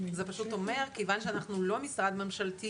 כיוון שאנחנו לא משרד ממשלתי